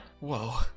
whoa